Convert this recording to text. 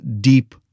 deep